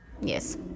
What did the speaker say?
yes